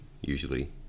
usually